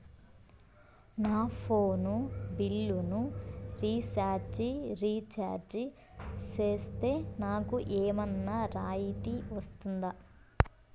నా ఫోను బిల్లును recharge recharge సేస్తే, నాకు ఏమన్నా రాయితీ వస్తుందా?